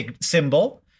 symbol